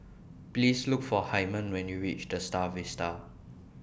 Please Look For Hymen when YOU REACH The STAR Vista